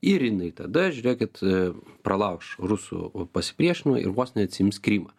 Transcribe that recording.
ir jinai tada žiūrėkit pralauš rusų pasipriešinimą ir vos ne atsiims krymą